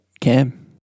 cam